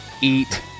eat